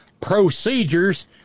procedures